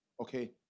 Okay